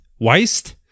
Weist